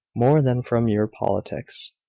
more than from your politics.